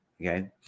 Okay